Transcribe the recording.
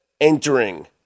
entering